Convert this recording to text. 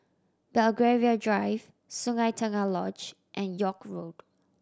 Belgravia Drive Sungei Tengah Lodge and York Road